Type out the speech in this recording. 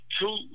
two